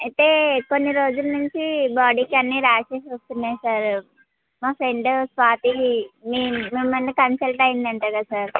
అయితే కొన్ని రోజుల నుంచి బాడీకి అన్నీ ర్యాషెస్ వస్తున్నాయి సార్ మా ఫ్రెండ్ స్వాతి మీ మిమ్మల్ని కన్సల్ట్ అయ్యిందటగా సార్